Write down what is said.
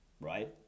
right